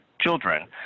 children